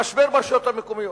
המשבר ברשויות המקומיות,